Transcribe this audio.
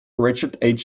richard